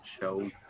show